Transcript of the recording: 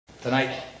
Tonight